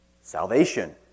salvation